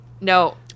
No